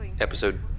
Episode